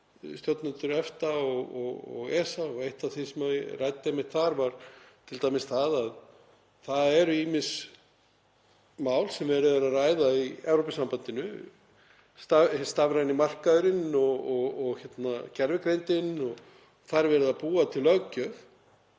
stjórnendur EFTA og ESA og eitt af því sem ég ræddi einmitt þar var t.d. að það eru ýmis mál sem verið er að ræða í Evrópusambandinu, stafræni markaðurinn og gervigreindin, og þar er verið að búa til löggjöf